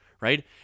right